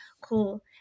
cool